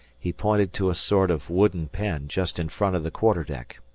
he pointed to a sort of wooden pen just in front of the quarter-deck.